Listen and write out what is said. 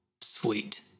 Sweet